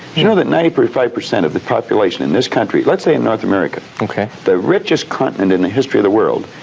you know that ninety five percent of the population, in this country, let's say in north america, the richest continent in the history of the world,